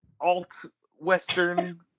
alt-western